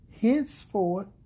henceforth